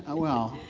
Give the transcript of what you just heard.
ah well,